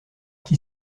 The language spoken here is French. qui